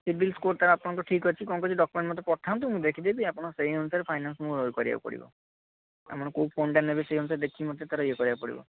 CIBIL score ତ ଆପଣଙ୍କର ଠିକ୍ ଅଛି କ'ଣ କହୁଛି ଡକ୍ୟୁମେଣ୍ଟ ମୋତେ ପଠାନ୍ତୁ ମୁଁ ଦେଖିଦେବି ଆପଣ ସେଇ ଅନୁସାରେ ଫାଇନାନ୍ସ ମୋ କରିବାକୁ ପଡ଼ିବ ଆପଣ କେଉଁ ଫୋନ୍ଟା ନେବେ ସେଇ ଅନୁସାରେ ଦେଖିକି ମୋତେ ତାର ଇଏ କରିବାକୁ ପଡ଼ିବ